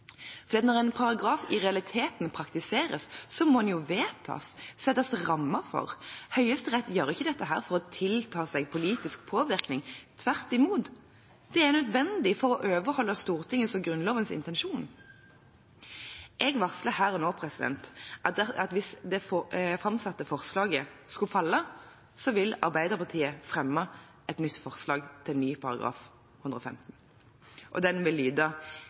For når en paragraf i realiteten praktiseres, må den jo vedtas, settes rammer for. Høyesterett gjør ikke dette for å tilta seg politisk påvirkning, tvert imot, det er nødvendig for å overholde Stortingets og Grunnlovens intensjon. Jeg varsler her og nå at hvis det framsatte forslaget skulle falle, vil Arbeiderpartiet fremme et nytt forslag til ny § 115. Det vil lyde: